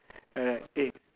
after that eh